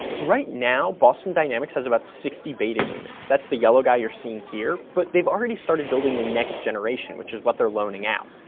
right now, boston dynamics has about sixty beta units. that's the yellow guy you're seeing here, but they've already started building the next generation, which is what they're loaning out.